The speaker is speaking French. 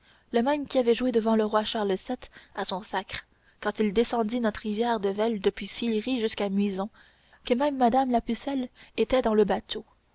le même qui avait joué devant le roi charles vii à son sacre quand il descendit notre rivière de vesle depuis sillery jusqu'à muison que même madame la pucelle était dans le bateau